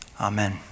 Amen